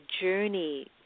journey